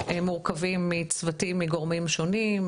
הם מורכבים מצוותים מגורמים שונים,